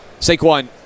Saquon